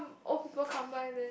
old people come by then